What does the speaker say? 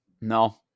No